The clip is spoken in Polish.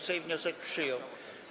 Sejm wniosek przyjął.